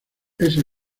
ese